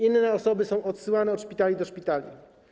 Inne osoby są odsuwane od szpitali do szpitali.